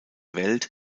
welt